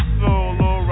solo